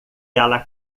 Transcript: ela